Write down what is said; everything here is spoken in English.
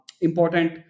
important